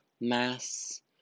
mass